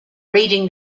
reading